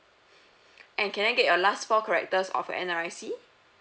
and can I get your last four characters of your N_R_I_C